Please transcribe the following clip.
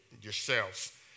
yourselves